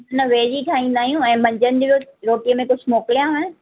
न वेज ई ठाहींदा आहियूं ऐं मंझंनि जो रोटीअ में कुझु मोकिलियांव